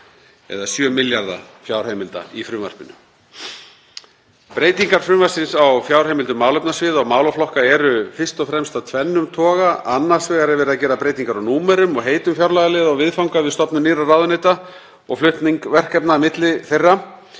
um 7 milljarða kr. fjárheimilda í frumvarpinu. Breytingar frumvarpsins á fjárheimildum málefnasviða og málaflokka eru fyrst og fremst af tvennum toga. Annars vegar er verið að gera breytingar á númerum og heitum fjárlagaliða og viðfanga við stofnun nýrra ráðuneyta og flutning verkefna milli þeirra.